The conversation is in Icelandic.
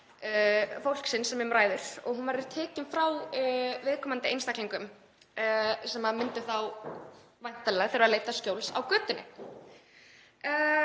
fólksins sem um ræðir og hún verður tekin frá viðkomandi einstaklingum sem myndu þá væntanlega þurfa að leita skjóls á götunni